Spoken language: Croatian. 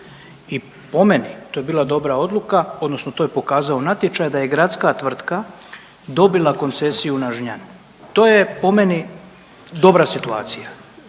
i po meni to je bila dobra odluka odnosno to je pokazao natječaj da je gradska tvrtka dobila koncesiju na Žnjan. To je po meni dobra situacija